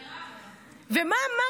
מירב,